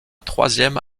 troisième